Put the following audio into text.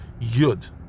Yud